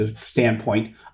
standpoint